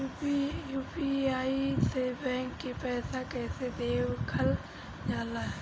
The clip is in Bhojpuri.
यू.पी.आई से बैंक के पैसा कैसे देखल जाला?